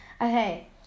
okay